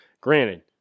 Granted